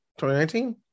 2019